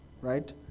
right